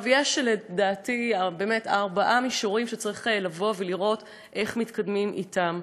לדעתי יש ארבעה מישורים שצריך לבוא ולראות איך מתקדמים בהם.